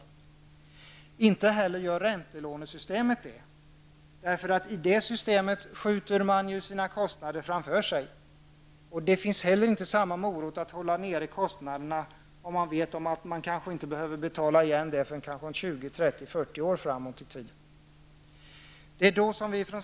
Det gör inte heller räntelånesystemet. I ett räntelånesystem skjuter man sina kostnader framför sig. Då finns inte samma morot att hålla nere kostnaderna om man vet att man kanske inte behöver betala igen dem förrän om 20, 30 eller 40 år framåt i tiden.